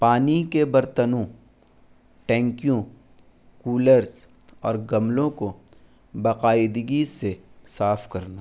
پانی کے برتنوں ٹینکیوں کولرس اور گملوں کو باقاعدگی سے صاف کرنا